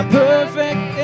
perfect